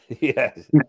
Yes